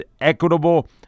equitable